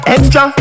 Extra